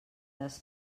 les